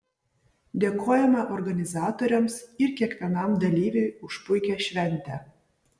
dėkojame organizatoriams ir kiekvienam dalyviui už puikią šventę